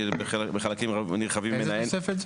כי בחלקים נרחבים --- איזו תוספת?